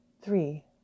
Three